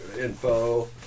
info